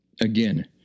again